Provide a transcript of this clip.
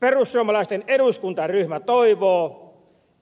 perussuomalaisten eduskuntaryhmä toivoo